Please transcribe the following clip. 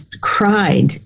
cried